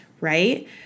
right